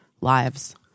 Lives